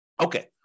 Okay